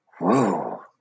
whoa